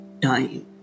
time